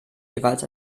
jeweils